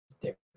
different